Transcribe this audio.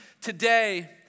today